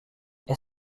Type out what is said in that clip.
est